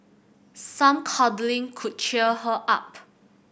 some cuddling could cheer her up